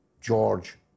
George